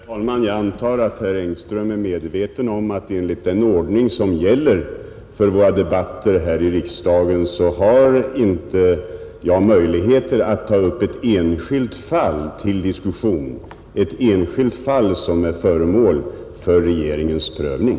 Herr talman! Jag antar att herr Engström är medveten om att jag enligt den ordning som gäller för våra debatter här i riksdagen inte har några möjligheter att till diskussion ta upp ett sådant enskilt fall som är föremål för regeringens prövning.